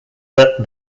that